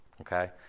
Okay